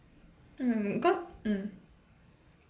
mm caus~ mm